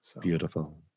Beautiful